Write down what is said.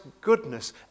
goodness